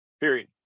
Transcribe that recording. period